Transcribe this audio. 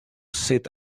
sit